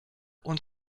und